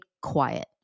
quiet